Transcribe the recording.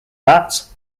mats